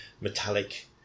metallic